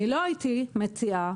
לא הייתי מציעה,